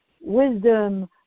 wisdom